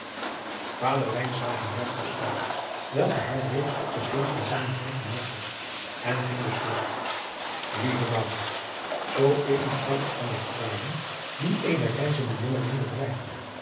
lijnslager merkte den indruk welken hij reeds op den geest van zijnen zoon gemaakt had en ging dus voort lieve maurits zoo even sprak ik van de gevaren die eenen reizenden jongeling